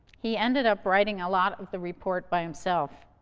he ended up writing a lot of the report by himself.